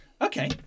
Okay